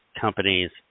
companies